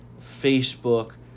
Facebook